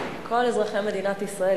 כל אזרחי מדינת ישראל,